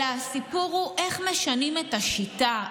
אלא הסיפור הוא איך משנים את השיטה,